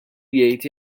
jgħid